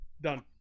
done